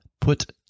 put